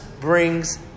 brings